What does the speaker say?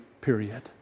period